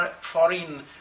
foreign